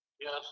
Yes